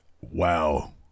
Wow